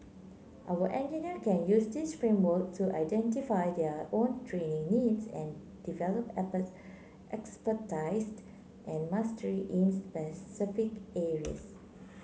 our engineer can use this framework to identify their own training needs and develop expertise and mastery in specific areas